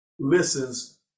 Listens